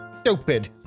stupid